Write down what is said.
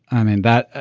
i mean that.